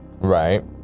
Right